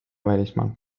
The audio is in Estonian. välismaal